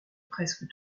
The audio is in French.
presque